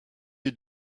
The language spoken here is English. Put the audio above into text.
you